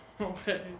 Okay